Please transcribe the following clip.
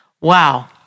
wow